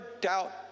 doubt